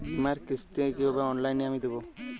বীমার কিস্তি কিভাবে অনলাইনে আমি দেবো?